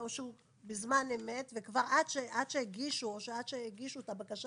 בזמן אמת או עד שהגישו את הבקשה